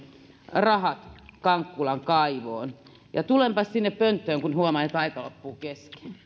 rahat kankkulan kaivoon ja tulenpas sinne pönttöön kun huomaan että aika loppuu kesken